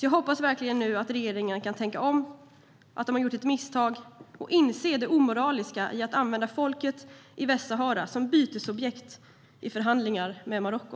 Jag hoppas nu verkligen att regeringen kan tänka om, se att den har gjort ett misstag och inse att det omoraliska i att använda folket i Västsahara som bytesobjekt i förhandlingar med Marocko.